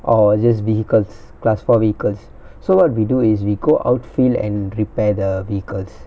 or just vehicles class four vehicles so what we do is we go outfield and repair the vehicles